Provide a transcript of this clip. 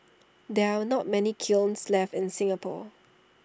there are not many kilns left in Singapore